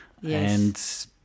Yes